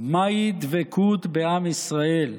מהי דבקות בעם ישראל,